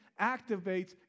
activates